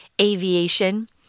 aviation